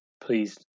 please